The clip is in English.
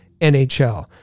NHL